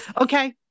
okay